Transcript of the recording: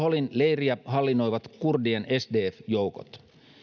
holin leiriä hallinnoivat kurdien sdf joukot